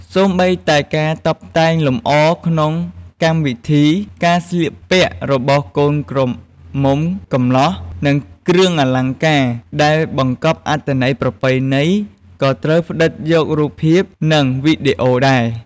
សូម្បីតែការតុបតែងលម្អក្នុងកម្មវិធី ការស្លៀកពាក់របស់កូនក្រមុំកំលោះ និងគ្រឿងអលង្ការដែលបង្កប់អត្ថន័យប្រពៃណី ក៏ត្រូវផ្តិតយករូបភាព និងវីដេអូដែរ។